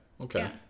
Okay